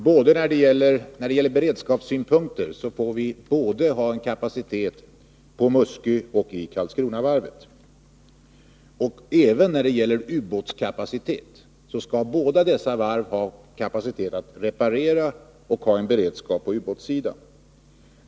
Herr talman! När det gäller beredskapssynpunkter måste vi ha kapacitet både på Muskövarvet och på Karlskronavarvet. Båda dessa varv skall också ha kapacitet att reparera och ha beredskap på ubåtssidan.